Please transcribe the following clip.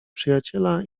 przyjaciela